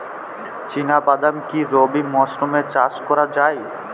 চিনা বাদাম কি রবি মরশুমে চাষ করা যায়?